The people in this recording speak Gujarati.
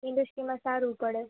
ઈન્ડસ્ટ્રીમાં સારું પડે